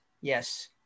Yes